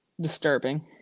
disturbing